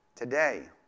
Today